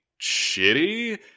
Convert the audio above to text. shitty